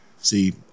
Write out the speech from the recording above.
See